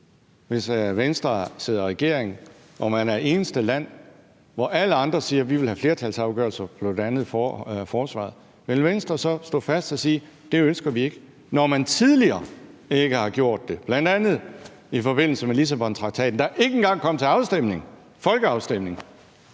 Hvis Venstre sidder i regering og man er det eneste land, der ikke ønsker det – alle andre siger, at de vil have flertalsafgørelser på bl.a. forsvarsområdet – vil Venstre så stå fast og sige: Det ønsker vi ikke? Man har ikke gjort det tidligere, bl.a. i forbindelse med Lissabontraktaten, der ikke engang kom til folkeafstemning.